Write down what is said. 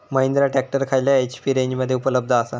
Mahindra tractor खयल्या HP रेंजमध्ये उपलब्ध आसा?